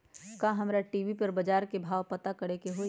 का हमरा टी.वी पर बजार के भाव पता करे के होई?